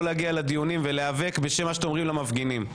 להגיע לדיונים ולהיאבק בשם מה שאתם אומרים למפגינים.